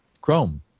Chrome